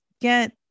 get